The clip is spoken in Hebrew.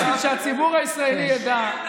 אני,